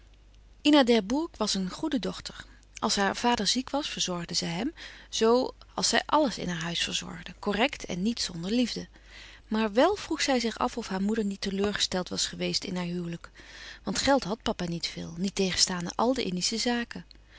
hadden ina d'herbourg was een goede dochter als haar vader ziek was verzorgde zij hem zoo als zij àlles in haar huis verzorgde correct en niet zonder liefde maar wél vroeg zij zich af of haar moeder niet teleurgesteld was geweest in haar huwelijk want geld had papa niet veel niettegenstaande àl de indische zaken